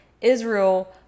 Israel